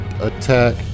attack